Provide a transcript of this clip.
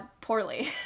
poorly